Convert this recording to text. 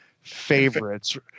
favorites